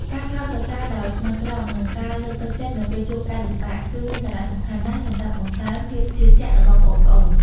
ការកោតសរសើរដោយស្មោះត្រង់ និងការលើកទឹកចិត្តនៅពេលជួបការលំបាក គឺមានសារៈសំខាន់ណាស់សម្រាប់បង្កើនភាពជឿជាក់របស់ប្អូនៗ។